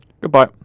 goodbye